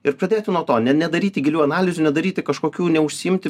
ir pradėti nuo to ne nedaryti gilių analizių nedaryti kažkokių neužsiimti